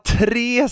tre